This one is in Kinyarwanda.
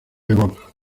ngombwa